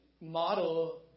model